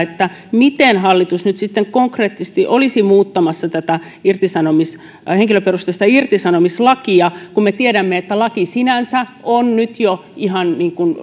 miten hallitus nyt sitten konkreettisesti olisi muuttamassa tätä henkilöperusteista irtisanomislakia kun me tiedämme että laki sinänsä on nyt jo ihan